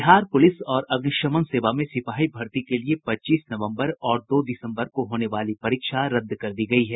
Bihar police और अग्निशमन सेवा में सिपाही भर्त्ती के लिए पच्चीस नवम्बर और दो दिसम्बर को होने वाली परीक्षा रद्द कर दी गयी है